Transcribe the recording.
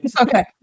Okay